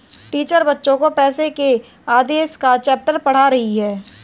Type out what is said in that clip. teacher बच्चो को पैसे के आदेश का चैप्टर पढ़ा रही हैं